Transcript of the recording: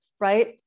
right